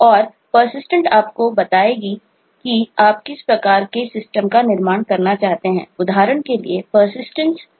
और पर्सिस्टेंटस करते हैं या नहीं